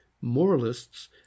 moralists